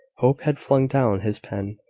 hope had flung down his pen.